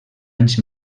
anys